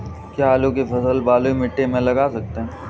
क्या आलू की फसल बलुई मिट्टी में लगा सकते हैं?